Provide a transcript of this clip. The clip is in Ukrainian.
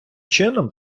чином